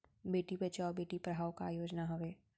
बेटी बचाओ बेटी पढ़ाओ का योजना हवे?